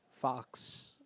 fox